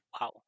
wow